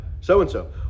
so-and-so